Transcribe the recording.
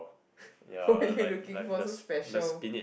what are you looking for so special